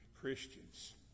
Christians